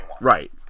Right